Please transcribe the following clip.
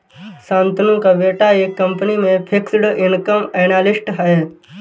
शांतनु का बेटा एक कंपनी में फिक्स्ड इनकम एनालिस्ट है